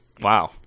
Wow